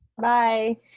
Bye